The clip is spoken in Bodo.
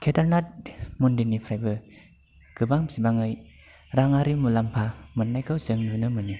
केदारनाथ मन्दिरनिफ्रायबो गोबां बिबाङै राङारि मुलामफा मोननायखौ जों नुनो मोनो